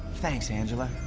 thanks, angela.